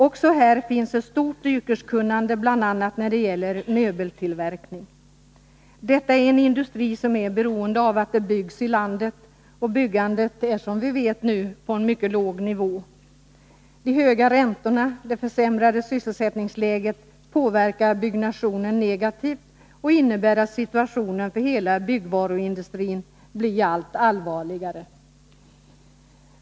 Också här finns ett stort yrkeskunnande, bl.a. när det gäller möbeltillverkningen. Denna industri är beroende av att det byggs i landet, och byggandet ligger som vi vet på en mycket låg nivå. De höga räntorna och det försämrade sysselsättningsläget påverkar byggnationen negativt och innebär att situationen för hela byggvaruindustrin blir allt allvarligare.